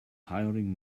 hiring